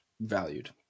valued